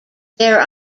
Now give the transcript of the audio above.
there